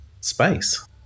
space